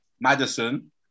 Madison